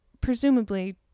presumably